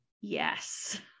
yes